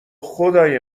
خدای